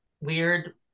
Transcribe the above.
weird